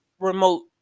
remote